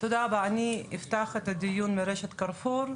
אני אפתח את הדיון לרשת 'קרפור',